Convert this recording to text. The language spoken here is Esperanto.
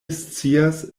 scias